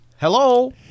Hello